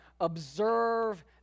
observe